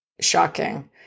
shocking